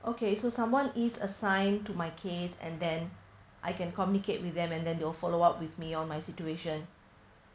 okay so someone is assigned to my case and then I can communicate with them and then they'll follow up with me or my situation